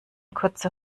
kurze